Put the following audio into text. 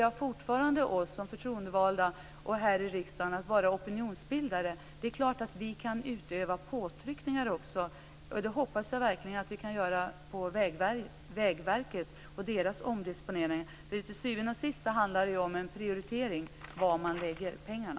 Jag ser fortfarande att vi som är förtroendevalda här i riksdagen skall vara opinionsbildare. Det är klart att vi kan utöva påtryckningar på Vägverket och deras omdisponeringar - det hoppas jag verkligen. Till syvende och sist handlar det om en prioritering var man lägger pengarna.